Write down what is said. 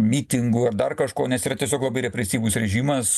mitingų ar dar kažko nes yra tiesiog labai represyvus režimas